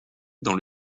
dans